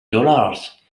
dollars